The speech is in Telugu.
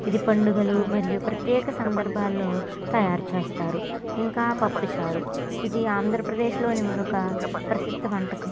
ఇది పండుగలు మరియు ప్రత్యేక సందర్భాల్లో తయారుచేస్తారు ఇంకా పప్పుచారు ఇది ఆంధ్రప్రదేశ్లోని మరొక ప్రసిద్ధ వంటకం